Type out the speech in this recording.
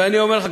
ואני אומר לך,